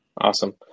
Awesome